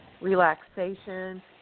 relaxation